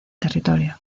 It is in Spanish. territorio